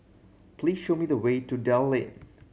please show me the way to Dell Lane